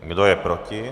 Kdo je proti?